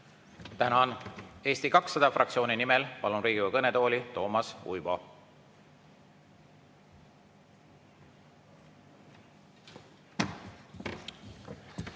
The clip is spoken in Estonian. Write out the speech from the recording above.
Tänan! Eesti 200 fraktsiooni nimel palun Riigikogu kõnetooli Toomas Uibo.